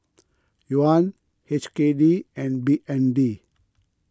Yuan H K D and B N D